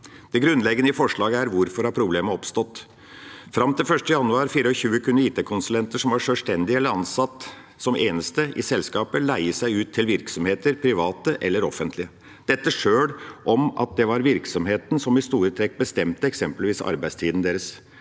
Det grunnleggende i forslaget er hvorfor problemet har oppstått. Fram til 1. januar 2024 kunne IT-konsulenter som var sjølstendige eller ansatt som den eneste i selskapet, leie seg ut til private eller offentlige virksomheter. Dette var sjøl om det var virksomheten som i store trekk bestemte eksempelvis arbeidstida deres.